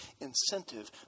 incentive